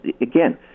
again